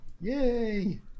yay